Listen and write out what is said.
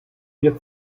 wir